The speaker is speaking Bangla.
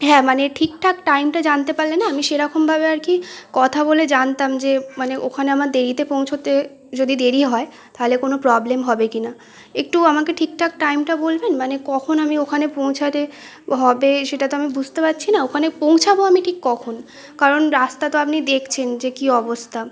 হ্যাঁ মানে ঠিকঠাক টাইমটা জানতে পারলে না আমি সেরকমকভাবে আর কি কথা বলে জানতাম যে মানে ওখানে আমার দেরিতে পৌঁছোতে যদি দেরি হয় থালে কোনো প্রবলেম হবে কি না একটু আমাকে ঠিকঠাক টাইমটা বলবেন মানে কখন আমি ওখানে পৌঁছাতে হবে সেটা তো আমি বুঝতে পারছি না ওখানে পৌঁছাবো আমি ঠিক কখন কারণ রাস্তা তো আপনি দেখছেন যে কি অবস্থা